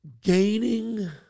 gaining